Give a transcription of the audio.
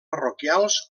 parroquials